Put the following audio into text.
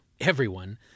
Everyone